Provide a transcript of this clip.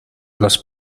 los